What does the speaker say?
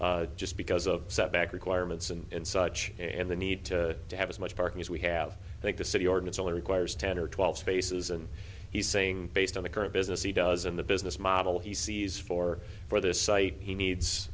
there just because of setback requirements and such and the need to to have as much parking as we have that the city ordinance only requires ten or twelve spaces and he's saying based on the current business he does and the business model he sees for for this site he needs